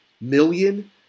million